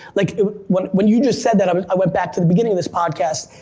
like when when you just said that, um i went back to the beginning of this podcast,